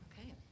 Okay